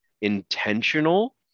intentional